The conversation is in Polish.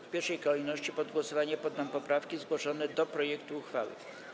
W pierwszej kolejności pod głosowanie poddam poprawki zgłoszone do projektu uchwały.